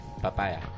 Papaya